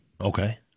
Okay